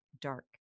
dark